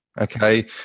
okay